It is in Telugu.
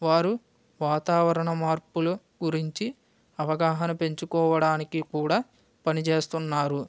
వారు వాతావరణ మార్పులు గురించి అవగాహన పెంచుకోవడానికి కూడా పనిచేస్తున్నారు